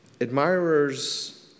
Admirers